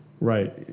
Right